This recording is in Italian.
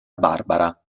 barbara